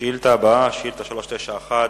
השאילתא הבאה, שאילתא מס' 391,